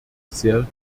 sehr